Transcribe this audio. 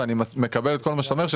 אני מקבל את כל מה שאתה אומר לגבי כך